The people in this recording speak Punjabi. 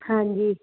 ਹਾਂਜੀ